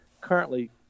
currently